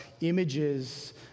images